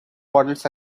waddles